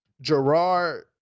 Gerard